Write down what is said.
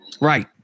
Right